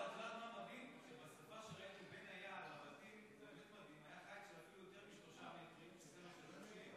היה חיץ של יותר משלושה מטרים,